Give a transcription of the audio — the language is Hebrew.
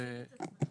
שלום,